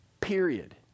Period